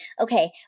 okay